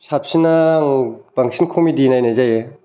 साबसिना आं बांसिन क'मेडि नायनाय जायो